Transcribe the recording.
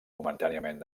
momentàniament